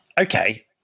Okay